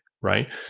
right